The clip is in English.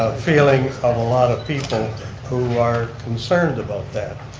ah feeling of a lot of people who are concerned about that.